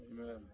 Amen